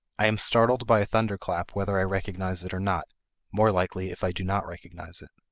i am startled by a thunderclap whether i recognize it or not more likely, if i do not recognize it.